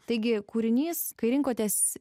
taigi kūrinys kai rinkotės